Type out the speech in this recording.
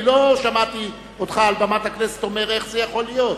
אני לא שמעתי אותך אומר על במת הכנסת: איך זה יכול להיות.